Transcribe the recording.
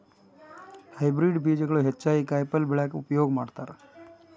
hybrid ಬೇಜಗಳು ಹೆಚ್ಚಾಗಿ ಕಾಯಿಪಲ್ಯ ಬೆಳ್ಯಾಕ ಉಪಯೋಗ ಮಾಡತಾರ